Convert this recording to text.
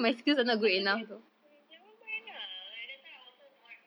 siapa kisah uh nevermind lah like that time I was so bored